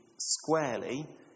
squarely